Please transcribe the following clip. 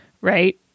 right